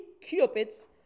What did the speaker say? cupids